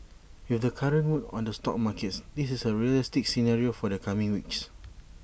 with the current mood on the stock markets this is A realistic scenario for the coming weeks